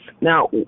Now